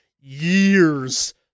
years